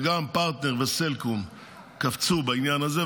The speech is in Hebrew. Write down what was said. וגם פרטנר וסלקום קפצו בעניין הזה,